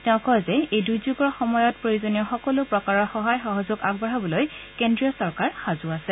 তেওঁ কয় যে এই দুৰ্যোগৰ সময়ত প্ৰয়োজনীয় সকলো প্ৰকাৰৰ সহায় সহযোগ আগবঢ়াবলৈ কেজ্ৰীয় চৰকাৰ সাজু আছে